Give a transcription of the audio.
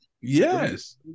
Yes